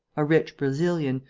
a rich brazilian,